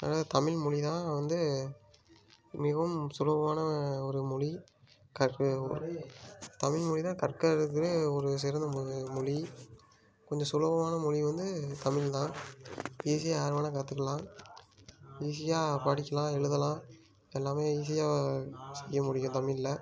அதனால தமிழ் மொழி தான் வந்து மிகவும் சுலபமான ஒரு மொழி தமிழ் மொழி தான் கற்கிறதுக்கே ஒரு சிறந்த மொழி கொஞ்சம் சுலபமான மொழி வந்து தமிழ் தான் ஈஸியாக யார் வேணுனா கற்றுக்கலாம் ஈஸியா படிக்கலாம் எழுதலாம் எல்லாம் ஈஸியாக செய்ய முடியும் தமிழில்